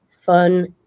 fun